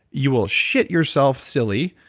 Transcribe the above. you will shit yourself silly.